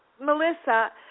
Melissa